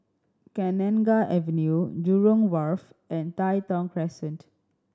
Kenanga Avenue Jurong Wharf and Tai Thong Crescent